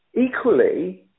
Equally